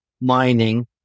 mining